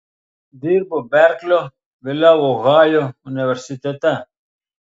dirbo berklio vėliau ohajo universitete